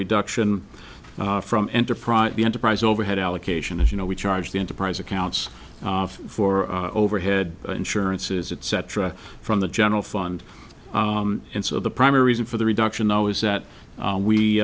reduction from enterprise the enterprise overhead allocation as you know we charge the enterprise accounts for overhead insurances that cetera from the general fund and so the primary reason for the reduction though is that we we